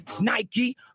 Nike